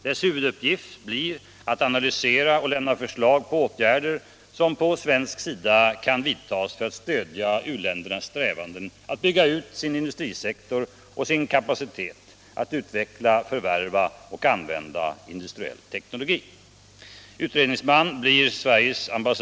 Dess huvuduppgift blir att analysera och lämna förslag till åtgärder som på svensk sida kan vidtas för att stödja u-ländernas strävanden att bygga upp sin industrisektor och sin kapacitet att utveckla, förvärva och använda industriell teknologi.